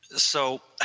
so, ah